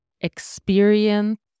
experience